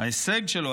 ההישג שלו,